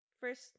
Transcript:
first